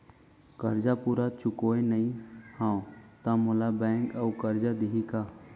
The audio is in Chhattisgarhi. करजा पूरा चुकोय नई हव त मोला बैंक अऊ करजा दिही का?